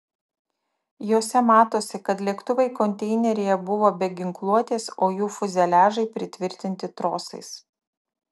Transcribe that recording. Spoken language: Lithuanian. jose matosi kad lėktuvai konteineryje buvo be ginkluotės o jų fiuzeliažai pritvirtinti trosais